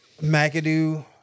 McAdoo